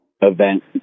event